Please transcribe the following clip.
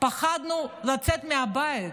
פחד קיומי, פחדנו לצאת מהבית.